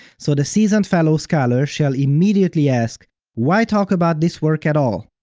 so the seasoned fellow scholar shall immediately ask why talk about this work at all?